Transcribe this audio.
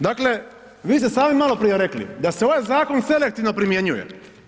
Dakle, vi ste sami maloprije rekli da se ovaj zakon selektivno primjenjuje.